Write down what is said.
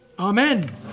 Amen